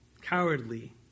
Cowardly